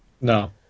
No